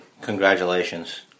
Congratulations